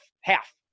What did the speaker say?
half